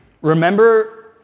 Remember